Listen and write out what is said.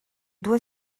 doit